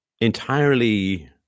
entirely